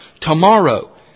tomorrow